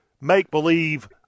make-believe